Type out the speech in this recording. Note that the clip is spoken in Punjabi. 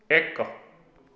ਇੱਕ